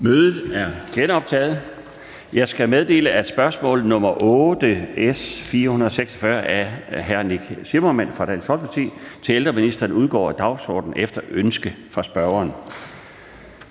Mødet er genoptaget. Jeg skal meddele, at spørgsmål nr. 8 af hr. Nick Zimmermann (DF) til ældreministeren (spm. nr. S 446) udgår af dagsordenen efter ønske fra spørgeren.